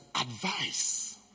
advice